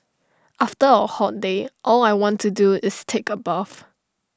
after A hot day all I want to do is take A bath